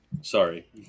Sorry